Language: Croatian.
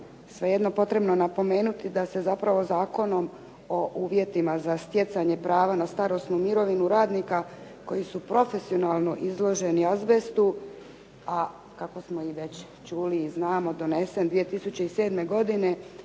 svejedno potrebno napomenuti da se zapravo Zakonom o uvjetima za stjecanje prava na starosnu mirovinu radnika koji su profesionalno izloženi azbestu a kako smo i već čuli i znamo donesen 2007. godine